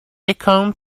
icon